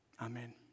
Amen